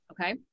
Okay